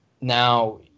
Now